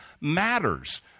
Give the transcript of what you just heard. matters